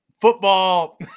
football